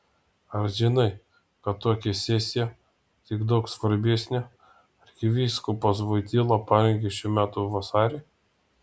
ar žinai kad tokią sesiją tik daug svarbesnę arkivyskupas voityla parengė šių metų vasarį